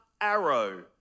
arrow